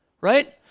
Right